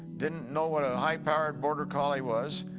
didn't know what a high-power border collie was,